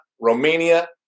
Romania